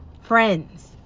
friends